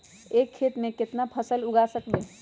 एक खेत मे केतना फसल उगाय सकबै?